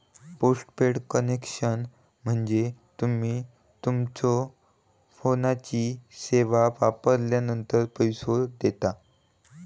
postpaid connection म्हणजे तुम्ही तुमच्यो फोनची सेवा वापरलानंतर पैसो देता